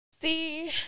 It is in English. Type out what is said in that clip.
See –